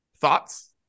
Thoughts